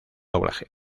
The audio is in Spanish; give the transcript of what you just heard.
doblaje